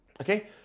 okay